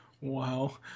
Wow